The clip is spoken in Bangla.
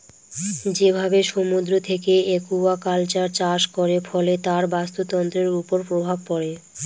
যেভাবে সমুদ্র থেকে একুয়াকালচার চাষ করে, ফলে তার বাস্তুতন্ত্রের উপর প্রভাব পড়ে